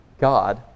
God